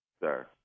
Sir